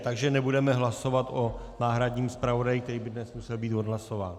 Takže nebudeme hlasovat o náhradním zpravodaji, který by dnes musel být odhlasován.